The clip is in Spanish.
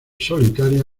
solitaria